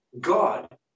God